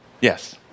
Yes